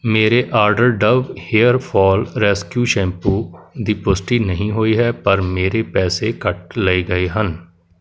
ਮੇਰੇ order Dove hair fall rescue shampoo ਦੀ ਪੁਸ਼ਟੀ ਨਹੀਂ ਹੋਈ ਹੈ ਪਰ ਮੇਰੇ ਪੈਸੇ ਕੱਟ ਲਏ ਗਏ ਹਨ